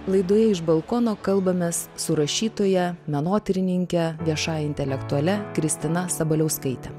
laidoje iš balkono kalbamės su rašytoja menotyrininke viešai intelektualia kristina sabaliauskaite